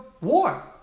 war